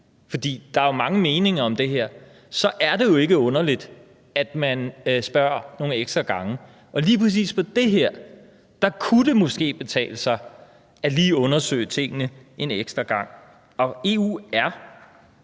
fordi der jo er mange meninger om det her, så er det jo ikke underligt, at man spørger nogle ekstra gange. Og lige præcis i forhold til det her kunne det måske betale sig lige at undersøge tingene en ekstra gang. EU er